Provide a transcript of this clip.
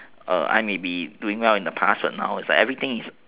I may be doing well in the past but everything is